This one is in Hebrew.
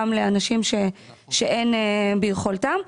גם לאנשים שאין ביכולתם.